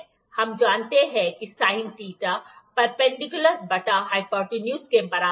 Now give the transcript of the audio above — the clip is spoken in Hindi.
हम जानते हैं कि साइन θ परपेंडिकुलर बटा हाइपोटेन्यूज के बराबर है